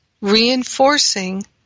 reinforcing